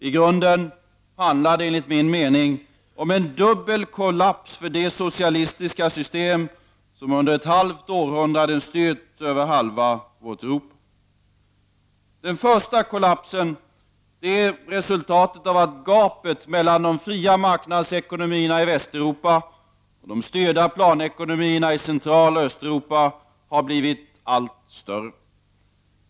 I grunden handlar det enligt min mening om en dubbel kollaps för det socialistiska system som under ett halvt århundrade styrt över halva vårt Europa. Den första kollapsen är ett resultat av att gapet mellan de fria marknadsekonomierna i Västeuropa och de styrda planekonomierna i Centraloch Östeuropa har blivit allt större.